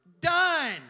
Done